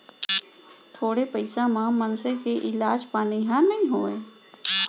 थोरे पइसा म मनसे के इलाज पानी ह नइ होवय